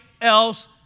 else